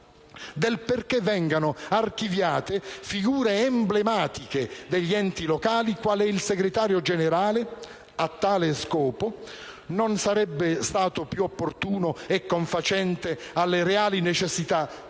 del perché vengano archiviate figure emblematiche degli enti locali qual è il segretario generale. A tale scopo non sarebbe stato più opportuno e confacente alle reali necessità